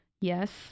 Yes